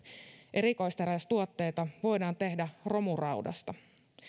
erikoisterästuotteita voidaan tehdä romuraudasta